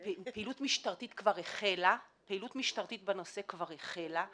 פעילות משטרתית בנושא כבר החלה,